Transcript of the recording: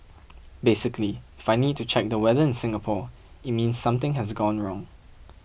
basically if I need to check the weather in Singapore it means something has gone wrong